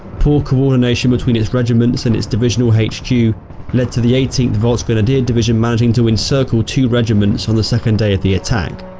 poor coordination between its regiments and its divisional hq led to the eighteenth volksgrenadier division managing to encircle two regiments on the second day of the attack.